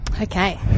Okay